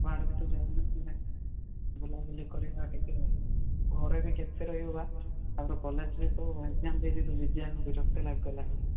କୁଆଡ଼େ ବି ତୁ ଯାଇନୁ ବୁଲାବୁଲି କରିବା ଟିକେ ଆଉ ଘରେ ବି କେତେ ରହିବୁ ବା ତା'ପରେ କଲେଜ୍ରେ ତ ଏକ୍ଜାମ୍ ଦେଇ ଦେଇ ତୁ ବିଜାର ବିରକ୍ତ ଲାଗିଗଲାଣି